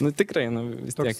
nu tikrai nu vis tiek